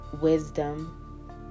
wisdom